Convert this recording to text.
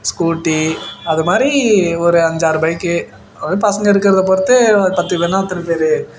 scooty அது மாதிரி ஒரு அஞ்சாறு பைக்கு பசங்கள் இருக்கிறத பொறுத்து ஒரு பத்து பேருனால் இத்தனை பேர்